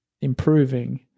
improving